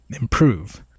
improve